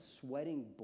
sweating